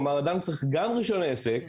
כלומר, אדם צריך גם רישיון עסק